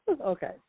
Okay